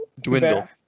Dwindle